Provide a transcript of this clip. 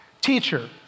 Teacher